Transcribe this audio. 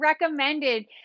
recommended